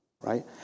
right